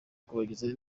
kubagezaho